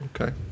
Okay